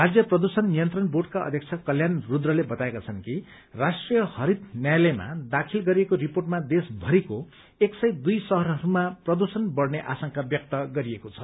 राज्य प्रदूषण नियन्त्रण बोर्डका अध्यक्ष कल्याण स्द्रते बताएका छन् कि राष्ट्रीय हरित न्यायलयमा दाखिल गरिएको रिपोर्टमा देशभरिको एक सय दुइ शहरहरूमा प्रदूषण बढ़ने आशंका व्यक्त गरिएको छ